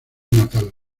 natal